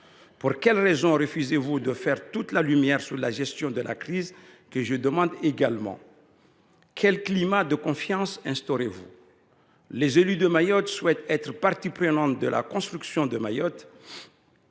Pourquoi refusez vous de faire toute la lumière sur la gestion de la crise, comme je le demande ? Quel climat de confiance instaurez vous ? Les élus de Mayotte souhaitent être parties prenantes de la construction de Mayotte.